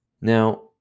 Now